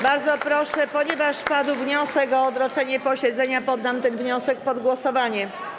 Bardzo proszę - ponieważ padł wniosek o odroczenie posiedzenia, poddam ten wniosek pod głosowanie.